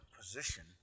position